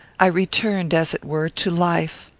i returned as it were to life.